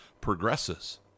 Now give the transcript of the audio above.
progresses